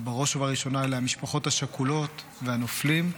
אז בראש ובראשונה אלה המשפחות השכולות, והנופלים,